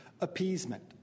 appeasement